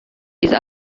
diese